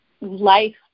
life